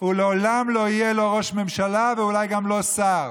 הוא לעולם לא יהיה ראש ממשלה, ואולי גם לא שר,